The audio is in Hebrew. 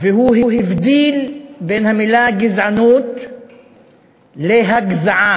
והוא הבדיל בין המילה גזענות להגזעה.